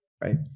right